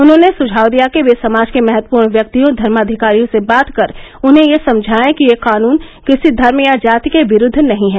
उन्होंने सुझाव दिया कि वे समाज के महत्वपूर्ण व्यक्तियों धर्माधिकारियों से बात कर उन्हें यह समझायें कि यह कान्न किसी धर्म या जाति के विरूद्व नहीं हैं